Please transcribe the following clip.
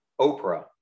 Oprah